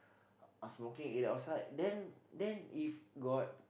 smoking area outside then then if got